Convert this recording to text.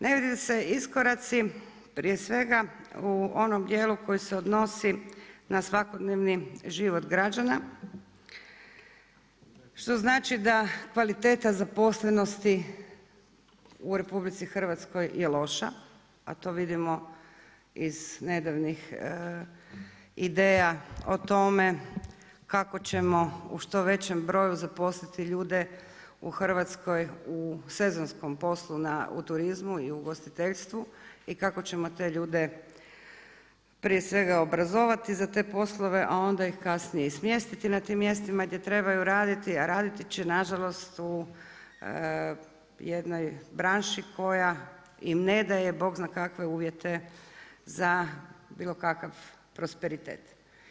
Ne vide se iskoraci prije svega u onom dijelu koji se odnosi na svakodnevni život građana, što znači da kvaliteta zaposlenosti u RH je loša, a to vidimo iz nedavnih ideja o tome kako ćemo u što većem broju zaposliti ljude u Hrvatskoj u sezonskom poslu u turizmu i ugostiteljstvu, i kako ćemo te ljude prije svega obrazovati za te poslove, a onda ih kasnije i smjestiti na tim mjestima gdje trebaju raditi, a raditi će nažalost u jednoj branši koja im ne da je bog zna kakve uvjete za bilo kakav prosperitet.